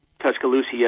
Tuscaloosa